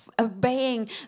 obeying